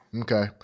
Okay